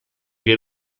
che